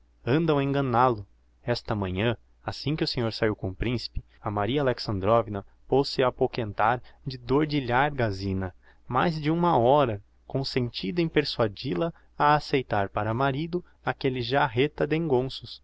andam a enganál o esta manhã assim que o senhor saíu com o principe a maria alexandrovna pôz se a apoquentar de dôr d'ilharga a zina mais de uma hora com o sentido em persuadil a a aceitar para marido aquelle jarreta